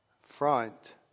front